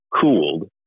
cooled